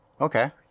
Okay